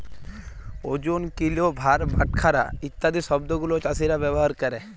ওজন, কিলো, ভার, বাটখারা ইত্যাদি শব্দ গুলো চাষীরা ব্যবহার ক্যরে